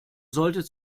sollte